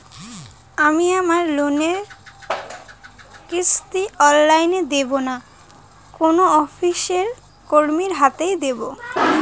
আমি আমার লোনের কিস্তি অনলাইন দেবো না কোনো অফিসের কর্মীর হাতে দেবো?